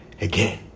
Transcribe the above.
again